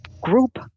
group